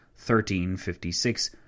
1356